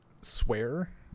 swear